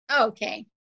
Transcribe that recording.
Okay